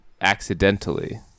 accidentally